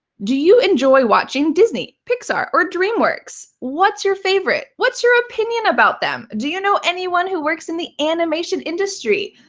do you enjoy watching disney, pixar, or dreamworks? what's your favorite? what's your opinion about them? do you know anyone who works in the animation industry?